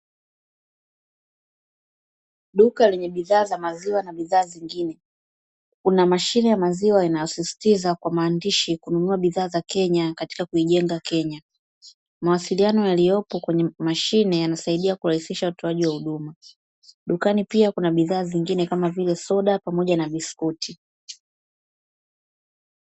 Duka lenye bidhaa za maziwa na bidhaa zingine, kuna mashine ya maziwa inayosisitiza kwa maandishi kununua bidhaa za kenya katika kuijenga kenya. Mawasiliano yaliyopo kwenye mashine yanasaidia kurahisisha utoaji wa huduma, dukani pia kuna bidhaa zingine kama vile soda pamoja na biskuti.